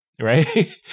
right